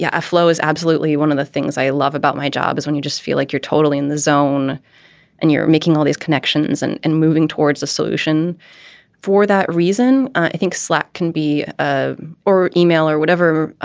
yeah a flow is absolutely one of the things i love about my job is when you just feel like you're totally in the zone and you're making all these connections and and moving towards a solution for that reason. i think slack can be ah or email or whatever.